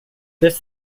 this